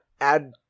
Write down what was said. Add